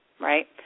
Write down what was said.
right